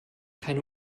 keine